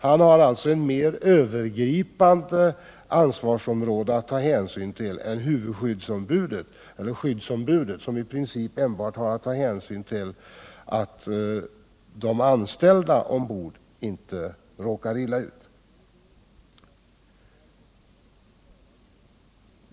Han har alltså ett större ansvarsområde att ta hänsyn till än skyddsombudet, som i princip endast har att sc till att de anställda ombord inte råkar illa ut.